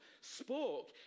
spoke